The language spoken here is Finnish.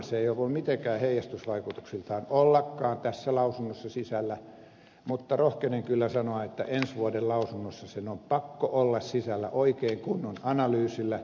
se ei voinut mitenkään heijastusvaikutuksiltaan ollakaan tässä lausunnossa sisällä mutta rohkenen kyllä sanoa että ensi vuoden lausunnossa sen on pakko olla sisällä oikein kunnon analyysillä